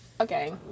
okay